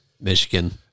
Michigan